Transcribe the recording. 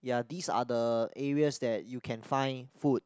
ya these are the areas that you can find food